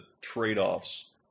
trade-offs